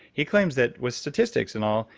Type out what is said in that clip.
he claims that with statistics and all,